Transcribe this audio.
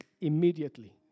immediately